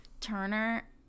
Turner